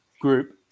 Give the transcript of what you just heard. group